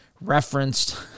referenced